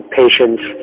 patients